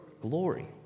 glory